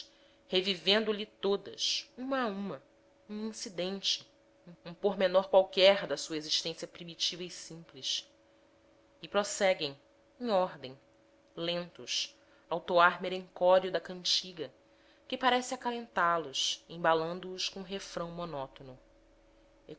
revivendo lhe todas uma a uma um incidente um pormenor qualquer da sua existência primitiva e simples e prosseguem em ordem lentos ao toar merencório da cantiga que parece acalentá los embalando os com o refrão monótono